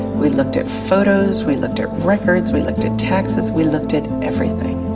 we looked at photos, we looked at records, we looked at taxes, we looked at everything,